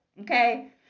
Okay